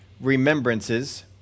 remembrances